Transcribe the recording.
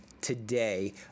today